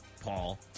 Paul